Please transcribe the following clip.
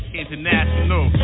international